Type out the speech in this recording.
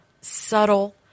subtle